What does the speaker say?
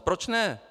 Proč ne?